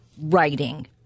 writing